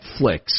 Netflix